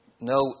no